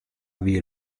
wie